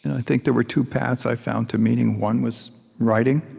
i think there were two paths i found to meaning. one was writing,